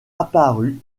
apparues